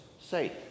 safe